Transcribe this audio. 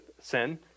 sin